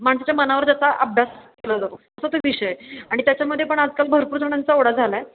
माणसाच्या मनावर त्याचा अभ्यास केला जातो असं ते विषय आणि त्याच्यामध्ये पण आजकाल भरपूर जणांचा ओढा झाला आहे